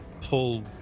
pull